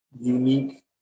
unique